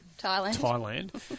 Thailand